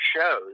shows